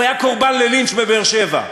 הוא היה קורבן ללינץ' בבאר-שבע,